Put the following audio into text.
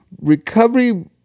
recovery